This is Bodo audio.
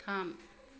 थाम